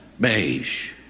Beige